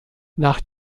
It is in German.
nach